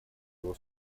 его